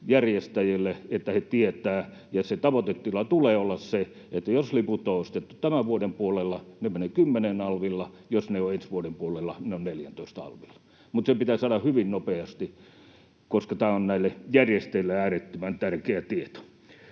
järjestäjille, että he sen tietävät. Ja sen tavoitetilan tulee olla se, että jos liput on ostettu tämän vuoden puolella, ne menevät 10:n alvilla, ja jos ne on ostettu ensi vuoden puolella, ne ovat 14:n alvilla. Se pitää saada hyvin nopeasti, koska tämä on näille järjestäjille äärettömän tärkeä tieto.